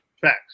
Facts